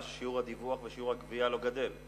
ששיעור הדיווח ושיעור הגבייה לא גדל.